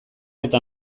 eta